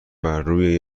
برروی